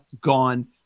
gone